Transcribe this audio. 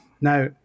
Now